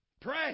Pray